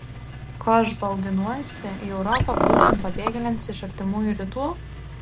ko aš bauginuosi į europą plūstant pabėgėliams iš artimųjų rytų